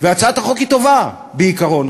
הצעת החוק היא טובה בעיקרון,